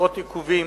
פחות עיכובים,